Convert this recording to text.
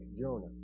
Jonah